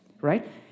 right